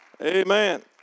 Amen